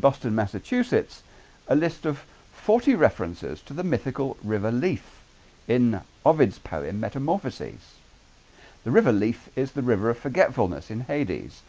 boston massachusetts ah list of forty references to the mythical river leaf in ovid's poem metamorphosis the river leaf is the river of forgetfulness in hades,